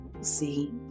See